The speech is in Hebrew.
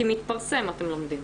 רק אם מתפרסם אתם לומדים.